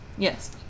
Yes